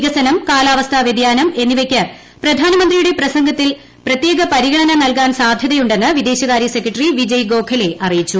വികസനം കാലാവസ്ഥാ വൃതിയാനം എന്നിവയ്ക്ക് പ്രധാന്മന്ത്രിയുടെ പ്രസംഗത്തിൽ പ്രത്യേക പരിഗണന നൽകാൻ സാധ്യതിയുണ്ടെന്ന് വിദേശകാര്യ സെക്രട്ടറി വിജയ് ഗോഖലെ അറിയിച്ചു